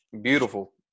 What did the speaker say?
beautiful